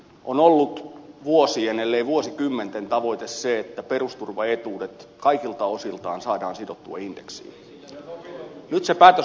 on ollut vuosien ellei vuosikymmenten tavoite se että perusturvaetuudet kaikilta osiltaan saadaan sidottua indeksiin